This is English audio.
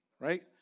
right